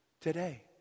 today